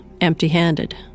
empty-handed